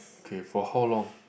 okay for how long